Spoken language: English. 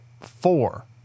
Four